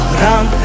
run